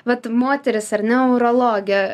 vat moteris ar ne urologė